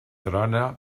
trona